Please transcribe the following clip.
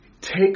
take